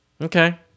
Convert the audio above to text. Okay